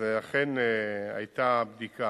אכן היתה בדיקה.